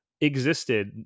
existed